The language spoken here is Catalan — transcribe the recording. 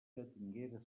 tinguera